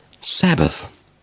Sabbath